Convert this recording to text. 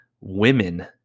women